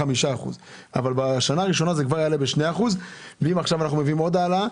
ואם עכשיו נביא עוד העלאה,